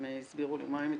הם הסבירו למה הם מתכוונים?